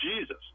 Jesus